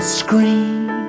scream